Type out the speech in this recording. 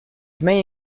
may